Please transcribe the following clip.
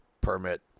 permit